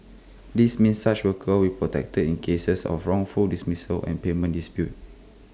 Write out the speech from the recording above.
this means such workers will protected in cases of wrongful dismissals and payment disputes